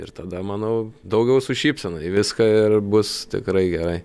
ir tada manau daugiau su šypsena į viską ir bus tikrai gerai